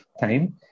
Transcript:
time